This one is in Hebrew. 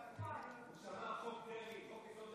שמע, חוק דרעי, חוק-יסוד,